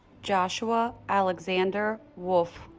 joshua alexander wulff